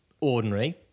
ordinary